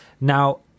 Now